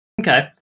Okay